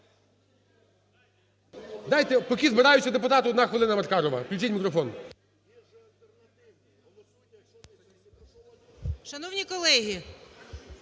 Дайте, поки збираються депутати, одна хвилина Маркарова, включіть мікрофон. 14:12:57